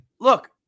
look